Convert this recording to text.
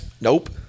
nope